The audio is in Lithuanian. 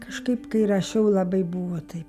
kažkaip kai rašiau labai buvo taip